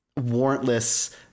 warrantless